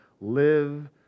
live